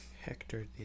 Hector